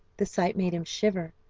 the sight made him shiver,